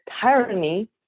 tyranny